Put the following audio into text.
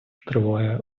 триває